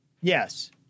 Yes